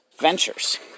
ventures